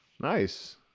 Nice